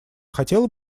хотела